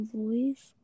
voice